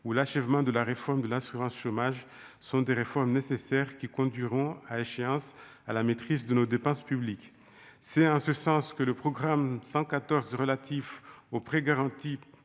ou l'achèvement de la réforme de l'assurance chômage sont des réformes nécessaires qui conduiront à échéance à la maîtrise de nos dépenses publiques, c'est un ce sens que le programme 114 relatifs aux prêts garantis